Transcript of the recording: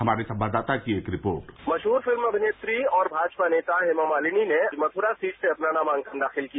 हमारे संवाददाता की एक रिपोर्ट मशहूर फिल्म अमिनेत्री और भाजपा नेता हेमा मालिनी ने मथुरा सीट से अपना नामांकन दाखिल किया